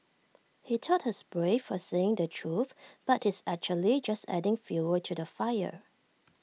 he thought he's brave for saying the truth but he's actually just adding fuel to the fire